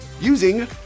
using